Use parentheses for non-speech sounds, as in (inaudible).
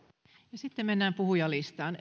ja sitten mennään puhujalistaan (unintelligible)